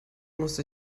musste